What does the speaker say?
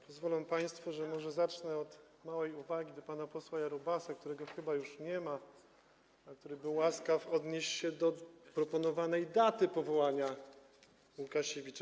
Pozwolą państwo, że może zacznę od małej uwagi do pana posła Jarubasa, którego chyba już nie ma, a który był łaskaw odnieść się do proponowanej daty powołania sieci Łukasiewicz.